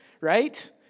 right